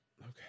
Okay